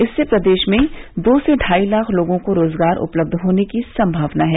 इससे प्रदेश में दो से ढाई लाख लोगों को रोजगार उपलब्ध होने की सम्भावना है